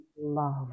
love